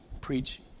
preach